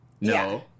No